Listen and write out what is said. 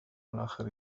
الآخر